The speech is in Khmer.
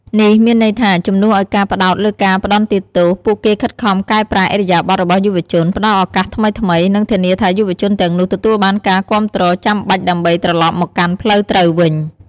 នេះមានន័យថា ជំនួសឱ្យការផ្តោតលើការផ្តន្ទាទោស ពួកគេខិតខំកែប្រែឥរិយាបថរបស់យុវជន ផ្តល់ឱកាសថ្មីៗ និងធានាថាយុវជនទាំងនោះទទួលបានការគាំទ្រចាំបាច់ដើម្បីត្រឡប់មកកាន់ផ្លូវត្រូវវិញ។